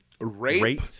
rape